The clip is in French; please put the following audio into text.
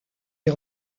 est